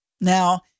Now